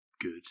good